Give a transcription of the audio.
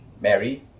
Mary